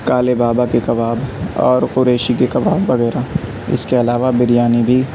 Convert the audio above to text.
کالے بابا کے کباب اور قریشی کے کباب وغیرہ اس کے علاوہ بریانی بھی